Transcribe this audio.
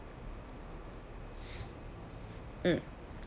mm